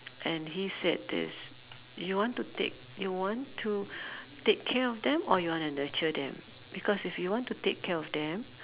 and he say this you want to take you want to take care of them or you want to nurture them because if you want to take care of them